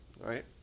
right